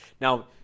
Now